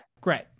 Great